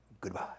goodbye